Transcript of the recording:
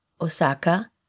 Osaka